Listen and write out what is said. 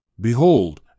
behold